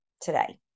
today